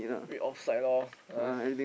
free off side loh ah